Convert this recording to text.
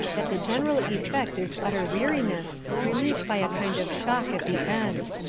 that the general effect is utter weariness relieved by a kind of shock at the end.